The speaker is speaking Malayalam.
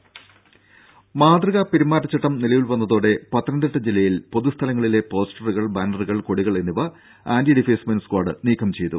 ദേദ മാതൃകാ പെരുമാറ്റച്ചട്ടം നിലവിൽ വന്നതോടെ പത്തനംതിട്ട ജില്ലയിൽ പൊതു സ്ഥലങ്ങളിലെ പോസ്റ്ററുകൾ ബാനറുകൾ കൊടികൾ എന്നിവ ആന്റി ഡിഫേയ്സ്മെന്റ് സ്ക്വാഡ് നീക്കം ചെയ്തു